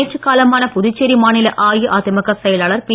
நேற்று காலமான புதுச்சேரி மாநில அஇஅதிமுக செயலாளர் பி